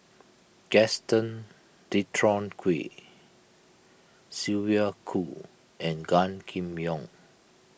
Gaston Dutronquoy Sylvia Kho and Gan Kim Yong